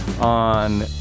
on